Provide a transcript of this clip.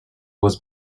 was